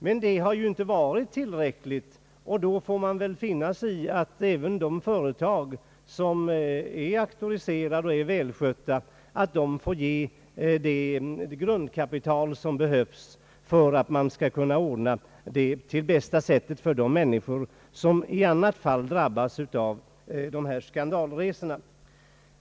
Det har emellertid inte varit tillräckligt, och då får man väl finna sig i att även företag som är auktoriserade och välskötta måste ge det grundkapital som behövs för att man skall kunna ordna på bästa möjliga sätt för de människor som i annat fall drabbas av skandalresorna.